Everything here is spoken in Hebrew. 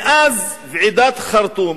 מאז ועידת חרטום